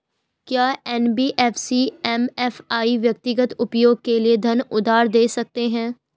क्या NBFC MFI व्यक्तिगत उपयोग के लिए धन उधार दें सकते हैं?